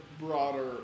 broader